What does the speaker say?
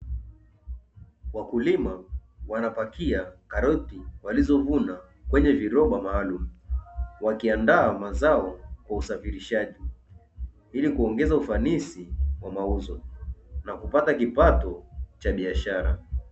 Wakulima wanapakia karoti walizovuna kwenye viroba maalum wakiandaa mazao kwa usafirishaji, ili kuongeza ufanisi wa mauzo na kupata kipato cha biashara.